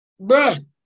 bruh